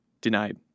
Denied